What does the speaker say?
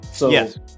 yes